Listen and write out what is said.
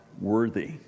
worthy